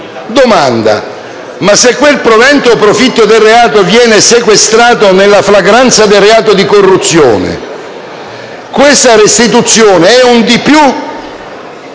del reato e quel provento o profitto del reato viene sequestrato nella fragranza del reato di corruzione, la restituzione è un di più